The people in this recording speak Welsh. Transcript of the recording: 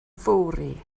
fory